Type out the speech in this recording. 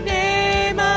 name